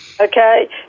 Okay